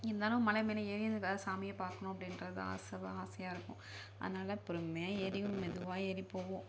இருந்தாலும் மலை மேலே ஏறி சாமி பார்க்கணும் அப்படின்றது தான் ஆசை அதான் ஆசையாக இருக்கும் அதனால் பொறுமையாக ஏறி மெதுவாக ஏறி போவோம்